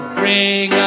bring